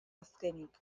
azkenik